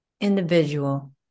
individual